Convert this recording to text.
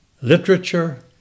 literature